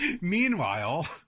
Meanwhile